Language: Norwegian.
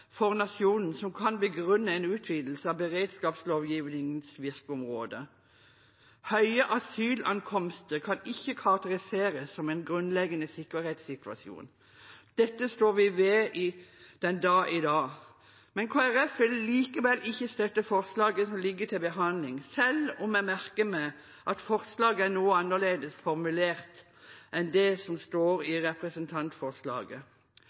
for nasjonen som kan begrunne en utvidelse av beredskapslovgivningens virkeområde. Høye asylankomster kan ikke karakteriseres som en grunnleggende sikkerhetssituasjon. Dette står vi ved den dag i dag. Men Kristelig Folkeparti vil likevel ikke støtte forslaget som ligger til behandling, selv om jeg merker meg at forslaget er noe annerledes formulert enn det som står